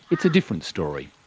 it's a different story.